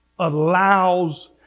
Allows